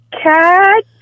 cat